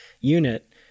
unit